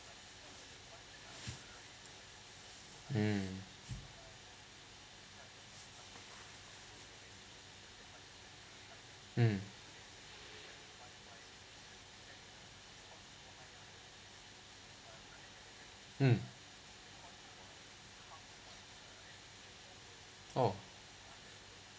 hmm mm mm oh